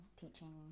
teaching